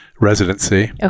residency